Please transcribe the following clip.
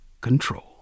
control